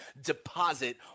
deposit